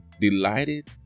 delighted